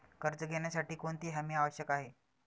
कर्ज घेण्यासाठी कोणती हमी आवश्यक आहे?